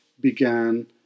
began